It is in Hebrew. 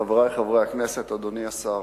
חברי חברי הכנסת, אדוני השר,